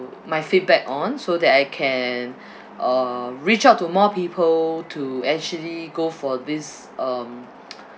my feedback on so that I can uh reach out to more people to actually go for this um